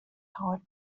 powered